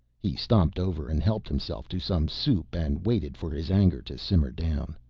he stomped over and helped himself to some soup and waited for his anger to simmer down.